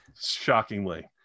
shockingly